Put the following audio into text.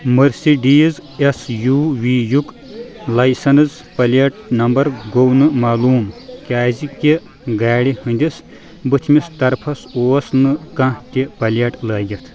Mercedes S U V UK licence plate number گوٚو نہٕ معلوٗم کیٛازِ کہِ گاڑِ ہٕنٛدِس بٕتھِ مِس طرفَس اوس نہٕ کانٛہہ تہِ پلیٹ لٲگِتھ